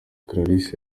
clarisse